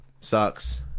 sucks